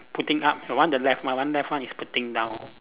putting up my one the left my one left one is putting down